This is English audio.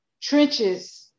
trenches